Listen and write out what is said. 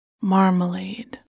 marmalade